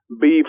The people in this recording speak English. beef